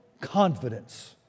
confidence